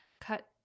cut